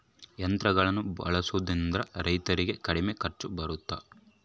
ಯಂತ್ರಗಳನ್ನ ಬಳಸೊದ್ರಿಂದ ರೈತರಿಗೆ ಕಡಿಮೆ ಖರ್ಚು ಬರುತ್ತಾ?